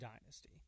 dynasty